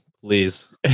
please